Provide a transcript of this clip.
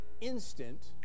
instant